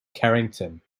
carrington